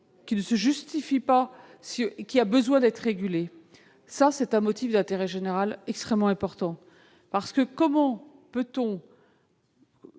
qui ne se justifie pas et qui a besoin d'être régulée. C'est un motif d'intérêt général extrêmement important. Comment peut-on